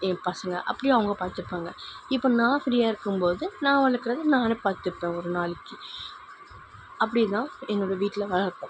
என் பசங்க அப்படியே அவங்க பார்த்துப்பாங்க இப்போ நான் ஃப்ரியாக இருக்கும்போது நான் வளர்க்கறத நானே பார்த்துப்பேன் ஒரு நாளைக்கு அப்படி தான் எங்களோட வீட்டில் வளர்ப்போம்